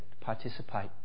participate